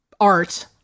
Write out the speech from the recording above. art